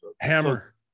Hammer